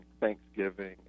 thanksgiving